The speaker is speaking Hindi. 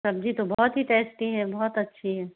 सब्ज़ी तो बहुत ही टेस्टी है बहुत अच्छी है